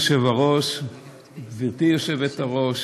גברתי היושבת-ראש,